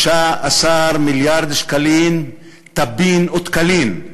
15 מיליארד שקלים טבין ותקילין,